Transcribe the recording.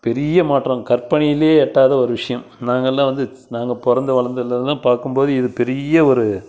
பெரிய மாற்றம் கற்பனையிலேயே எட்டாத ஒரு விஷயம் நாங்களெலாம் வந்து நாங்கள் பிறந்து வளர்ந்ததுலருந்துலாம் பார்க்கும் போது இது பெரிய ஒரு